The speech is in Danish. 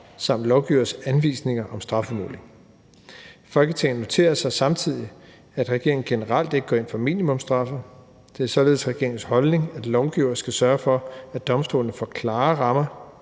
samt lovgivers anvisninger om strafudmåling. Folketinget noterer sig samtidig, at regeringen generelt ikke går ind for minimumsstraffe. Det er således regeringens holdning, at lovgiver skal sørge for, at domstolene får klare rammer